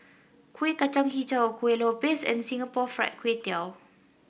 Kueh Kacang hijau Kuih Lopes and Singapore Fried Kway Tiao